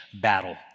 battle